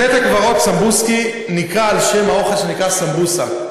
בית הקברות סמבוסקי נקרא על שם האוכל שנקרא סמבוסק.